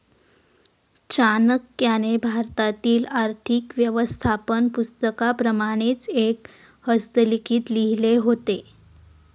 चाणक्याने भारतातील आर्थिक व्यवस्थापन पुस्तकाप्रमाणेच एक हस्तलिखित लिहिले होते